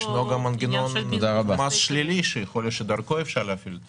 יש גם מנגנון מס שלילי שאולי דרכו אפשר להפעיל את ההטבות.